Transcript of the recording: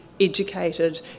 educated